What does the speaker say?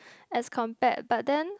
as compared but then